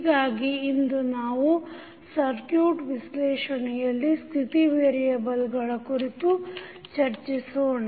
ಹೀಗಾಗಿ ಇಂದು ನಾವು ಸರ್ಕ್ಯೂಟ್ ವಿಶ್ಲೇಷಣೆಯಲ್ಲಿ ಸ್ಥಿತಿ ವೇರಿಯೆಬಲ್ ವಿಶ್ಲೇಷಣೆ ಕುರಿತು ಚರ್ಚಿಸೋಣ